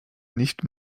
nicht